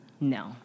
No